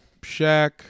Shaq